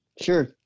Sure